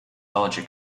larger